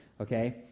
okay